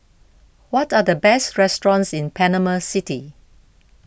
what are the best restaurants in Panama City